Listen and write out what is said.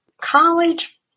college